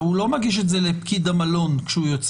הרי הוא לא מגיש את זה לפקיד המלון כשהוא יוצא.